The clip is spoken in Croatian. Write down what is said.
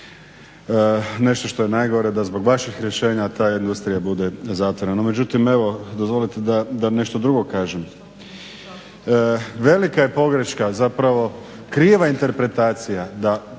nešto što je najgore da zbog vaših rješenja ta industrija bude zatvorena. No međutim, evo dozvolite da nešto drugo kažem. Velika je pogreška zapravo, kriva interpretacija da